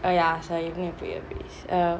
err ya sorry going to put earpiece err